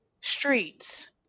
streets